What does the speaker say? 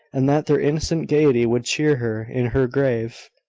and that their innocent gaiety would cheer her in her grave,